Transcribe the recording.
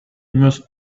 must